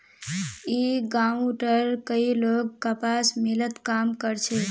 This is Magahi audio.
ई गांवउर कई लोग कपास मिलत काम कर छे